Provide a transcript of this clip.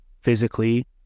physically